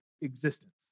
existence